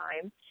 time